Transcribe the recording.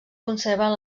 conserven